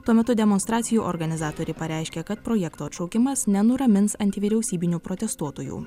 tuo metu demonstracijų organizatoriai pareiškė kad projekto atšaukimas nenuramins antivyriausybinių protestuotojų